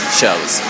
shows